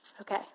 Okay